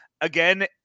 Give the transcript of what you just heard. again